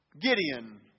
Gideon